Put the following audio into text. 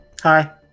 Hi